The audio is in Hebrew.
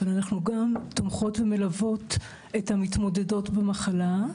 אנחנו גם תומכות ומלוות את המתמודדות במחלה,